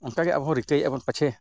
ᱚᱱᱠᱟᱜᱮ ᱟᱵᱚᱦᱚᱸ ᱨᱤᱠᱟᱹᱭᱮᱜᱼᱟ ᱵᱚᱱ ᱯᱟᱪᱷᱮ